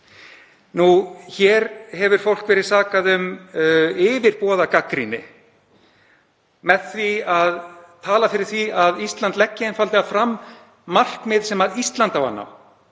Hér hefur fólk verið sakað um yfirboðagagnrýni með því að tala fyrir því að Ísland leggi einfaldlega fram markmið sem Ísland á að ná,